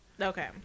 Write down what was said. Okay